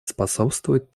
способствовать